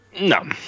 No